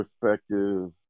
perspective